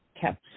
kept